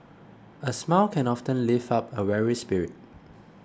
a smile can often lift up a weary spirit